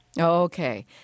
Okay